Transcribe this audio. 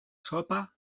sopa